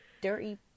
dirty